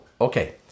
Okay